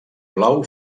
blau